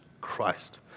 Christ